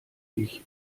ich